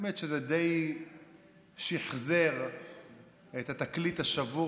האמת היא שזה די שחזר את התקליט השבור